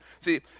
See